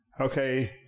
Okay